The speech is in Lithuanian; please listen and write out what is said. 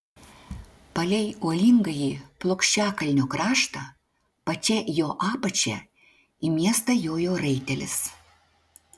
palei uolingąjį plokščiakalnio kraštą pačia jo apačia į miestą jojo raitelis